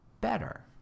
better